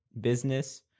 business